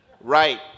Right